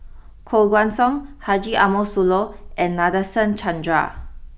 Koh Guan Song Haji Ambo Sooloh and Nadasen Chandra